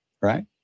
right